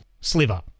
Sliver